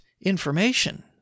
information